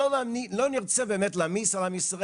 היו אומרים שלא נרצה באמת להעמיס על עם ישראל,